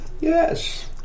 yes